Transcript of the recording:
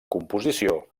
composició